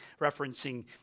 referencing